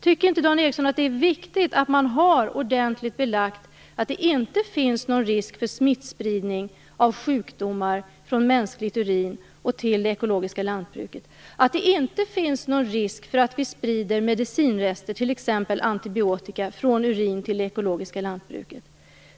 Tycker inte Dan Ericsson att det är viktigt att man har ordentligt belagt att det inte finns någon risk för smittspridning av sjukdomar från mänskligt urin till det ekologiska lantbruket och att det inte finns någon risk för att vi sprider medicinrester, t.ex. antibiotika, från urin till det ekologiska lantbruket?